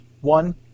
One